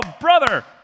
brother